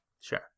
sure